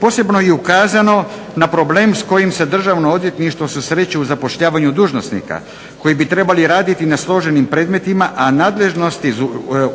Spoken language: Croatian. Posebno je ukazano na problem s kojim se državno odvjetništvo susreće u zapošljavanju dužnosnika koji bi trebali raditi na složenim predmetima, a